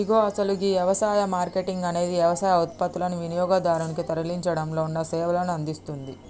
ఇగో అసలు గీ యవసాయ మార్కేటింగ్ అనేది యవసాయ ఉత్పత్తులనుని వినియోగదారునికి తరలించడంలో ఉన్న సేవలను అందిస్తుంది